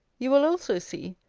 you will also see,